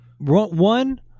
one